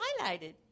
highlighted